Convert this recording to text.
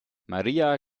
maría